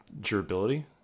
durability